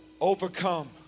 Overcome